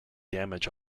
damage